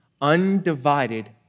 undivided